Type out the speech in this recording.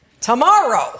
Tomorrow